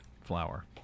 flour